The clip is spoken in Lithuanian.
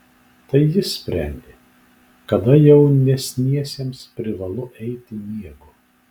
tai jis sprendė kada jaunesniesiems privalu eiti miego